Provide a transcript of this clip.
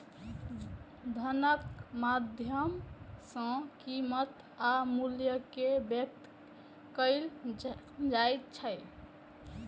धनक माध्यम सं कीमत आ मूल्य कें व्यक्त कैल जाइ छै